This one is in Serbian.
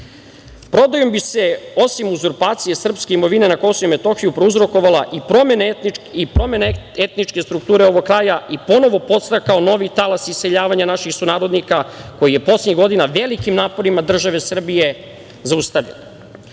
Prodajom bi se, osim uzurpacije srpske imovine na Kosovu i Metohiji, prouzrokovala i promena etničke strukture ovog kraja i ponovo podstakao novi talas iseljavanja naših sunarodnika, koji je poslednjih godina velikim naporima države Srbije zaustavljen.